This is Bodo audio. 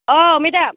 अ मेडाम